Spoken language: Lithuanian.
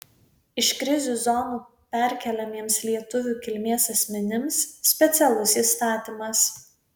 iš krizių zonų perkeliamiems lietuvių kilmės asmenims specialus įstatymas